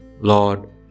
Lord